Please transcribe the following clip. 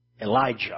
Elijah